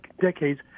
decades